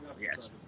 Yes